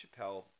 Chappelle